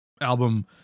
album